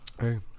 Hey